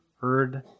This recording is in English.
heard